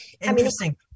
Interesting